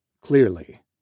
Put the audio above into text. Clearly